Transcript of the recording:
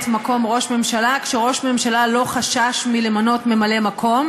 מקום ראש ממשלה כשראש הממשלה לא חשש למנות ממלא מקום,